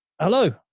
Hello